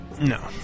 No